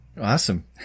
Awesome